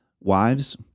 Wives